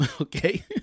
Okay